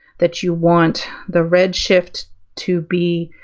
that you want the red shift to be,